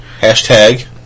Hashtag